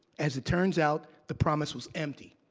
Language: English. as it turns out, the promise was empty,